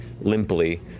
limply